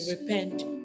repent